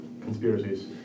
conspiracies